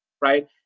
right